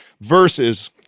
Versus